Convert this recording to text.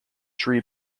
tree